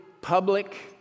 public